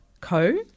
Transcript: Co